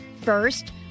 First